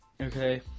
Okay